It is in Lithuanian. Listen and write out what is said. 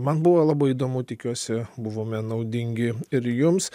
man buvo labai įdomu tikiuosi buvome naudingi ir jums